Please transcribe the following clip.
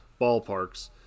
ballparks